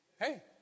hey